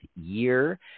year